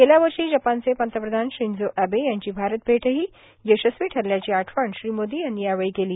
गेल्या वर्षी जपानचे पंतप्रधान शिंझो एबे यांची भारत भेट ही यशस्वी ठरल्याची आठवण श्री मोदी यांनी यावेळी केल